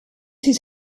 his